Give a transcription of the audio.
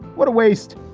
what a waste.